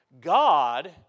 God